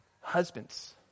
husbands